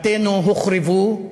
בתינו הוחרבו,